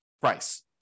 price